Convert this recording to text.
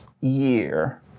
year